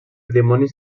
dimonis